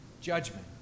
Judgment